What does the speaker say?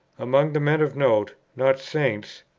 among the men of note, not saints,